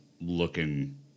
looking